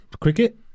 cricket